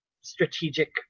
strategic